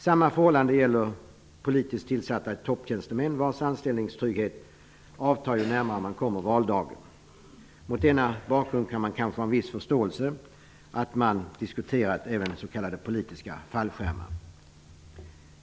Samma förhållande gäller politiskt tillsatta topptjänstemän, vilkas anställningstrygghet avtar ju närmare valdagen man kommer. Mot denna bakgrund kan det kanske finnas en viss förståelse för att man diskuterat även s.k. politiska fallskärmar.